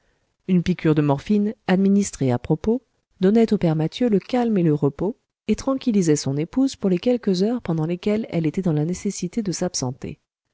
une piqûre de morphine administrée à propos donnait au père mathieu le calme et le repos et tranquillisait son épouse pour les quelques heures pendant lesquelles elle était dans la nécessité de s'absenter